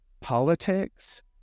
politics